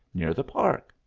near the park.